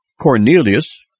Cornelius